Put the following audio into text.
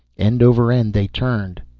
end over end they turned.